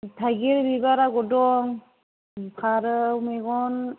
थाइगिर बिबार आगर दं फारौ मेगन